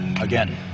Again